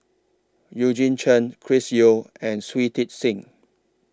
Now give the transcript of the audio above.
Eugene Chen Chris Yeo and Shui Tit Sing